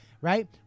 Right